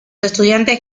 estudiantes